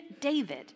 David